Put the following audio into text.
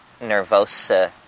nervosa